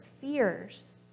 fears